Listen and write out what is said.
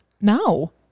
No